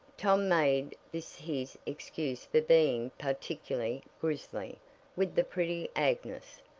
tom made this his excuse for being particularly grizzly with the pretty agnes,